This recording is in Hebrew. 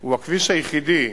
הוא הכביש היחידי,